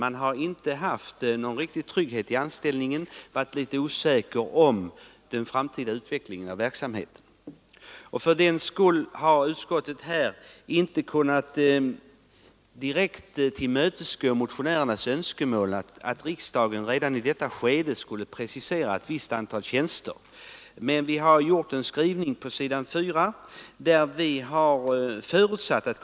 Man har inte haft någon riktig trygghet i anställningen, man har varit litet osäker om den framtida utvecklingen av verksamheten. Utskottet har inte direkt kunnat tillmötesgå motionärernas önskemål att vi redan i detta skede skulle precisera ett visst antal tjänster. Men i en skrivning på s. 4 har vi förutsatt att ”Kungl.